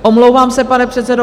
Omlouvám se, pane předsedo.